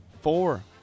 four